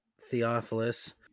Theophilus